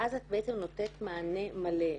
ואז את בעצם נותנת מענה מלא,